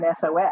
SOS